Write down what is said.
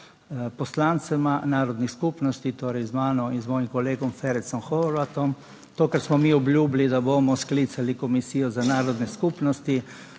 poslancema narodnih skupnosti, torej z mano in z mojim kolegom Ferencem Horvatom. To, kar smo mi obljubili, da bomo sklicali Komisijo za narodne skupnosti,